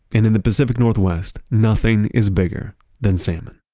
in in the pacific northwest, nothing is bigger than salmon.